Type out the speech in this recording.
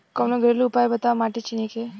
कवनो घरेलू उपाय बताया माटी चिन्हे के?